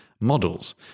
models